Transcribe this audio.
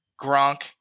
Gronk